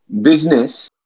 business